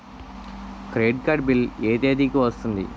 Credit card bill ఎ తేదీ కి వస్తుంది?